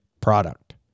product